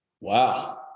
wow